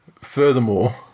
furthermore